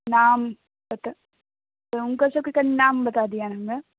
नाम पता हुनकर सबके कनी नाम बता दिअ हमरा